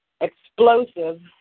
explosive